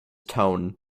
tone